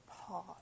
pause